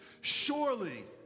Surely